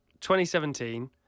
2017